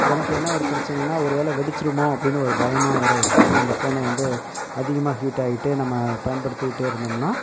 எனக்கு என்ன ஒரு பிரச்சனைன்னா ஒரு வேளை வெடித்திடுமோ அப்படினு ஒரு பயமாக வேறு இருக்குது அந்த ஃபோனை வந்து அதிகமாக ஹீட் ஆகிட்டு நம்ம பயன்படுத்திக்கிட்டே இருந்தோம்னால்